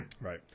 Right